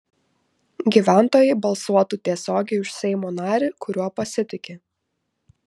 gyventojai balsuotų tiesiogiai už seimo narį kuriuo pasitiki